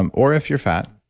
um or if you're fat,